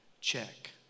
check